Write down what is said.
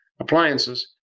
appliances